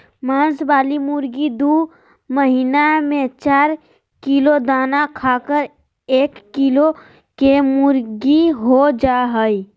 मांस वाली मुर्गी दू महीना में चार किलो दाना खाकर एक किलो केमुर्गीहो जा हइ